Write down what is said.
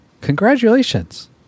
Congratulations